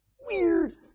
Weird